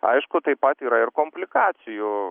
aišku taip pat yra ir komplikacijų